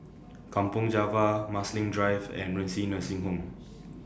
Kampong Java Marsiling Drive and Renci Nursing Home